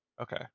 Okay